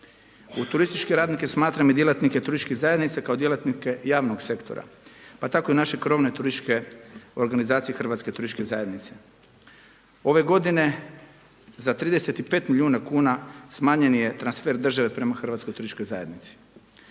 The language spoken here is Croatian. U turističke radnike smatram i djelatnike turističkih zajednica kao djelatnike javnog sektora pa tako i naše krovne turističke organizacije Hrvatske turističke zajednice. Ove godine za 35 milijuna kuna smanjen je transfer države prema Hrvatskoj turističkoj zajednici.